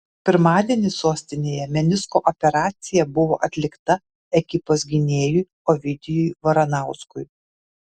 pirmadienį sostinėje menisko operacija buvo atlikta ekipos gynėjui ovidijui varanauskui